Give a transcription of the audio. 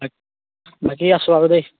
বাকী বাকী আছো আৰু দেই